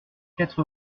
quatre